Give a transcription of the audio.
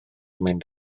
mynd